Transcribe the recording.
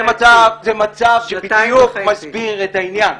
זה מצב שבדיוק מסביר את העניין.